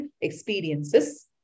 experiences